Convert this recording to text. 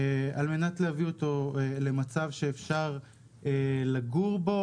על מנת להביא אותו למצב שאפשר לגור בו,